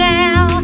now